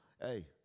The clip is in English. Hey